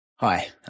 Hi